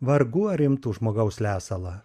vargu ar imtų žmogaus lesalą